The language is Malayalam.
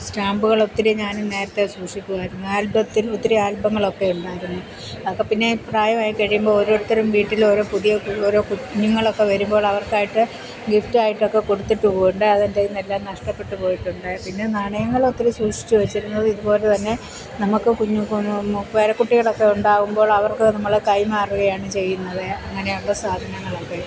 സ്റ്റാമ്പുകളൊത്തിരി ഞാനും നേരത്തെ സൂക്ഷിക്കുമായിരുന്നു ആൽബത്തിൽ ഒത്തിരി ആൽബങ്ങളൊക്കെ ഉണ്ടായിരുന്നു അതൊക്കെപ്പിന്നെ പ്രായമായിക്കഴിയുമ്പോൾ ഓരോരുത്തരും വീട്ടിലോരോ പുതിയ ഓരോ കുഞ്ഞുങ്ങളൊക്കെ വരുമ്പോൾ അവർക്കായിട്ട് ഗിഫ്റ്റ് ആയിട്ടൊക്കെ കൊടുത്തിട്ടുമുണ്ട് അതെൻ്റെ കൈയ്യിൽ നിന്നെല്ലാം നഷ്ടപ്പെട്ട് പോയിട്ടുണ്ട് പിന്നെ നാണയങ്ങളൊത്തിരി സൂക്ഷിച്ചുവെച്ചിരുന്നത് ഇതുപോലെത്തന്നെ നമ്മൾക്ക് കുഞ്ഞ് പേരക്കുട്ടികളൊക്കെ ഉണ്ടാവുമ്പോൾ അവർക്ക് നമ്മൾ കൈമാറുകയാണ് ചെയ്യുന്നത് അങ്ങനെയുള്ള സാധനങ്ങളൊക്കെ